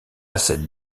cette